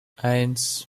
eins